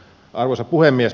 arvoisa puhemies